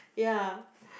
yeah